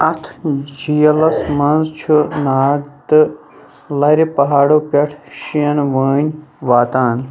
اَتھ جیٖلَس منٛز چھُ ناگ تہٕ لرِ پہاڑو پٮ۪ٹھ شٮ۪ن وٲنۍ واتان